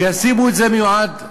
שישימו את זה מיועד,